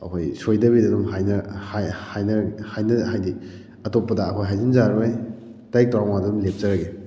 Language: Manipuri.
ꯑꯩꯈꯣꯏ ꯁꯣꯏꯗꯕꯤꯗ ꯑꯗꯨꯝ ꯍꯥꯏꯗꯤ ꯑꯇꯣꯞꯄꯗ ꯑꯩꯈꯣꯏ ꯍꯥꯏꯖꯤꯟꯖꯔꯔꯣꯏ ꯇꯥꯔꯤꯛ ꯇꯔꯥꯃꯉꯥꯗ ꯑꯗꯨꯝ ꯂꯦꯞꯆꯔꯒꯦ